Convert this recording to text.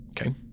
Okay